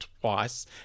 twice